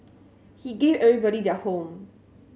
he gave everybody their home